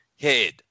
head